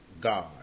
God